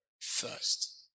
first